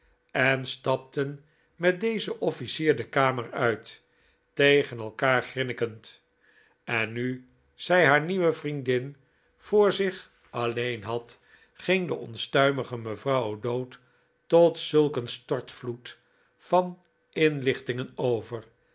en stapten met dezen offlcier de kamer uit tegen elkaar grinnikend en nu zij haar nieuwe vriendin voor zich alleen had ging de onstuimige mevrouw o'dowd tot zulk een stortvloed van inlichtingen over